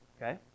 Okay